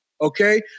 Okay